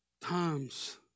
times